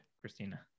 Christina